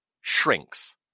shrinks